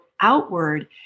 outward